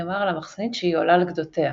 נאמר על המחסנית שהיא "עולה על גדותיה",